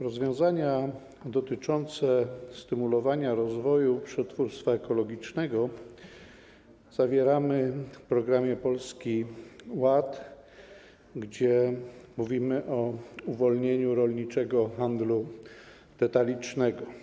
Rozwiązania dotyczące stymulowania rozwoju przetwórstwa ekologicznego zawieramy w programie Polski Ład, gdzie mówimy o uwolnieniu rolniczego handlu detalicznego.